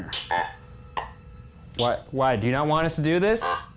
ah but why, do you not want us to do this?